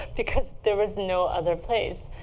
because there was no other place.